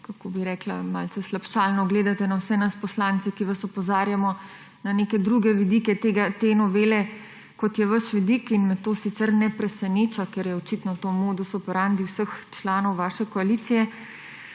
kako bi rekla, malce slabšalno gledate na vse nas poslance, ki vas opozarjamo na neke druge vidike te novele, kot je vaš vidik. Me to sicer ne preseneča, ker je očitno to modus operandi vseh članov vaše koalicije.